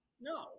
No